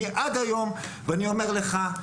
עד היום, ואני אומר לך: